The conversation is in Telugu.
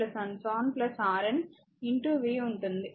Rn v ఉంటుంది